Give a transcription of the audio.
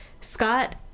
Scott